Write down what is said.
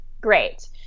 great